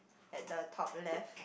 at the top left